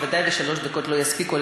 בוודאי שלוש דקות לא היו מספיקות,